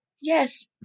yes